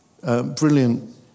Brilliant